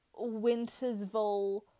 Wintersville